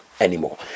anymore